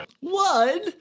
one